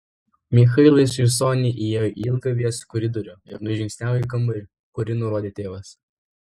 michailas ir sonia įėjo į ilgą vėsų koridorių ir nužingsniavo į kambarį kurį nurodė tėvas